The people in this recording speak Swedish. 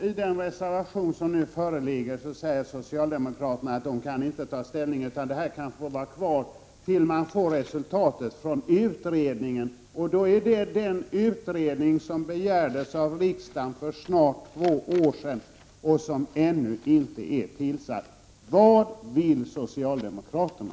I den reservation som nu föreligger säger socialdemokraterna att de inte kan ta ställning till detta nu utan att de vill avvakta utredningens resultat, dvs. den utredning som begärdes av riksdagen för snart två år sedan och som ännu inte är tillsatt. Vad vill socialdemokraterna?